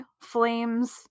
flames